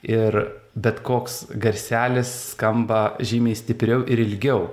ir bet koks garselis skamba žymiai stipriau ir ilgiau